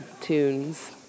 tunes